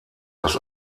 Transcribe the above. das